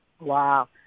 Wow